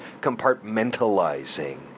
compartmentalizing